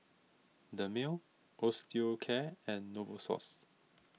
Dermale Osteocare and Novosource